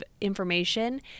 information